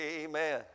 Amen